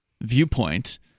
viewpoint